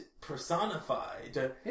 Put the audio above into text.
personified